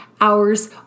hours